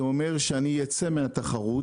זה אומר שאני אצא מהתחרות,